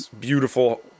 beautiful